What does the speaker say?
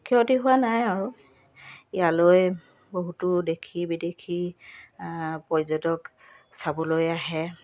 ক্ষতি হোৱা নাই আৰু ইয়ালৈ বহুতো দেশী বিদেশী পৰ্যটক চাবলৈ আহে